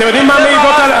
אתם הרסתם.